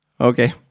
Okay